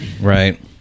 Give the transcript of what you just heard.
right